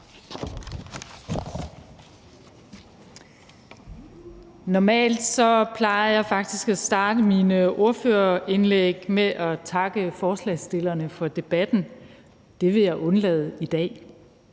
Normalt plejer jeg faktisk at starte mine ordførerindlæg med at takke forslagsstillerne for debatten. Det vil jeg undlade i dag.